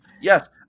Yes